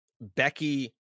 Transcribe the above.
Becky